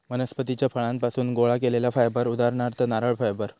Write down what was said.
वनस्पतीच्या फळांपासुन गोळा केलेला फायबर उदाहरणार्थ नारळ फायबर